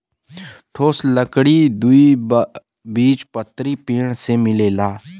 ठोस लकड़ी द्विबीजपत्री पेड़ से मिलेला